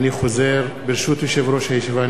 אני חוזר: ברשות יושב-ראש הישיבה,